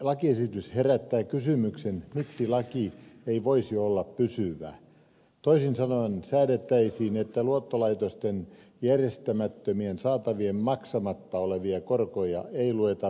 lakiesitys herättää kysymyksen miksi laki ei voisi olla pysyvä toisin sanoen säädettäisiin että luottolaitosten järjestämättömien saatavien maksamatta olevia korkoja ei lueta veronalaisiksi tuloiksi